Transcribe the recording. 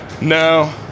No